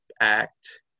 act